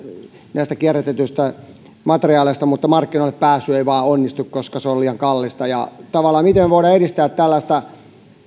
näistä kierrätetyistä materiaaleista mutta markkinoille pääsy ei vain onnistu koska se on liian kallista miten me voimme tavallaan ehkäistä tällaista